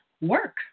work